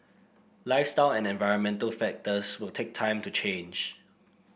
lifestyle and environmental factors will take time to change